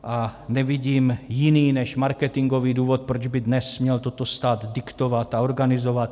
A nevidím jiný než marketingový důvod, proč by dnes měl toto stát diktovat a organizovat.